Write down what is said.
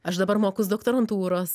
aš dabar mokaus doktorantūros